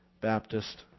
Baptist